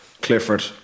Clifford